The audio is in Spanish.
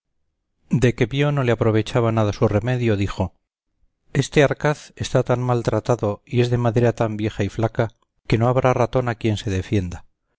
de que vio no le aprovechar nada su remedio dijo este arcaz está tan maltratado y es de madera tan vieja y flaca que no habrá ratón a quien se defienda